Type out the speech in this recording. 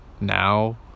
now